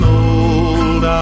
old